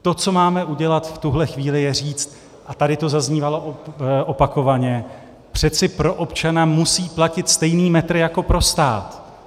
To, co máme udělat v tuhle chvíli, je říct, a tady to zaznívalo opakovaně: přeci pro občana musí platit stejný metr jako pro stát.